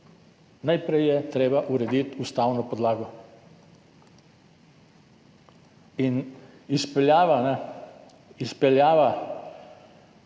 Najprej je treba urediti ustavno podlago. Izpeljava